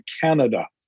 Canada